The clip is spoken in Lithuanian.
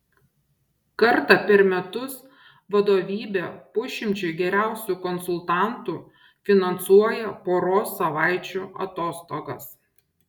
kartą per metus vadovybė pusšimčiui geriausių konsultantų finansuoja poros savaičių atostogas